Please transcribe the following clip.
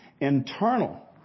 internal